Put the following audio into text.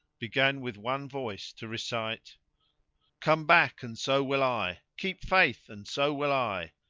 began with one voice to recite come back and so will i! keep faith and so will i!